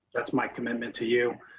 that's my commitment to you.